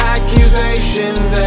Accusations